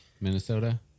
Minnesota